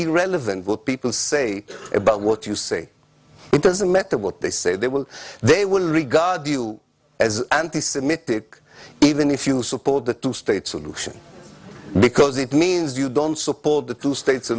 irrelevant will people say about what you say it doesn't matter what they say they will they will regard you as anti semitic even if you support the two state solution because it means you don't support the two state